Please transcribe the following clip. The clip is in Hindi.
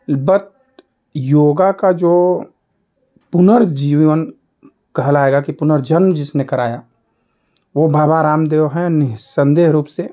बट योगा का जो पुनर्जीवन कहलाएगा कि पुनर्जन्म जिसने कराया वह बाबा रामदेव है नि संदेह रूप से